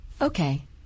Okay